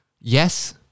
yes